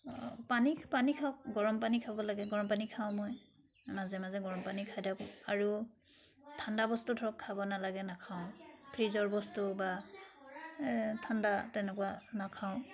পানী পানী খাওক গৰম পানী খাব লাগে গৰম পানী খাওঁ মই মাজে মাজে গৰম পানী খাই থাকোঁ আৰু ঠাণ্ডা বস্তু ধৰক খাব নালাগে নাখাওঁ ফ্ৰিজৰ বস্তু বা ঠাণ্ডা তেনেকুৱা নাখাওঁ